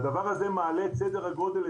והדבר הזה מעלה את סדר הגודל,